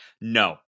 no